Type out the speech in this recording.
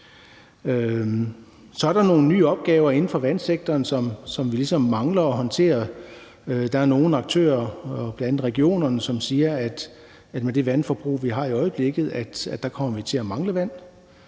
Så er der nogle nye opgaver inden for vandsektoren, som vi ligesom mangler at håndtere. Der er nogle aktører, bl.a. regionerne, som siger, at med det vandforbrug, vi har i øjeblikket, kommer vi til at mangle vand.